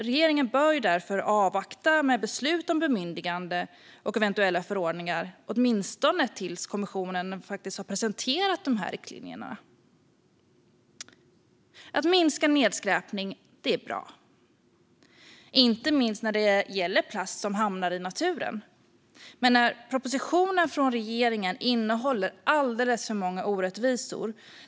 Regeringen bör därför avvakta med beslut om bemyndigande och eventuella förordningar, åtminstone tills kommissionen faktiskt har presenterat dessa riktlinjer. Att minska nedskräpning är bra, inte minst när det gäller plast som hamnar i naturen. Men propositionen från regeringen innehåller alldeles för många orättvisor.